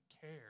care